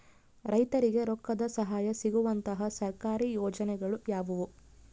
ರೈತರಿಗೆ ರೊಕ್ಕದ ಸಹಾಯ ಸಿಗುವಂತಹ ಸರ್ಕಾರಿ ಯೋಜನೆಗಳು ಯಾವುವು?